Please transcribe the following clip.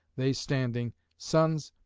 they standing sons,